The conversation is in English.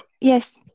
Yes